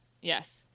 Yes